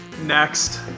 Next